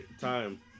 time